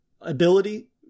ability